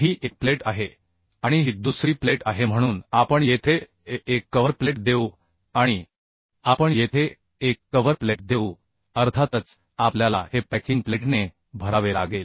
ही एक प्लेट आहे आणि ही दुसरी प्लेट आहे म्हणून आपण येथे एक कव्हर प्लेट देऊ आणि आपण येथे एक कव्हर प्लेट देऊ अर्थातच आपल्याला हे पॅकिंग प्लेटने भरावे लागेल